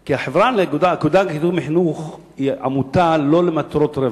כי האגודה לקידום החינוך היא עמותה לא למטרות רווח.